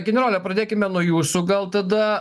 generole pradėkime nuo jūsų gal tada